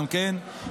גם כן,